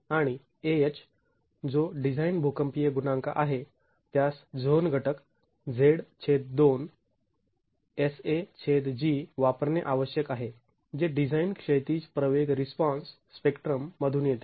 आणि Ah जो design भूकंपीय गुणांक आहे त्यास झोन घटक Z2 Sag वापरणे आवश्यक आहे जे डिझाईन क्षैतिज प्रवेग रिस्पॉन्स स्पेक्ट्रम मधून येते